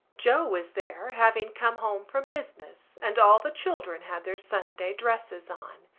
joe was there, having come home from business, and all the children had their sunday dresses on.